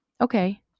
okay